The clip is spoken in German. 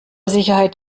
sicherheit